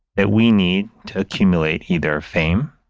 that we need to accumulate either fame,